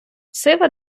сива